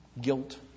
guilt